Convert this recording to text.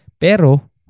pero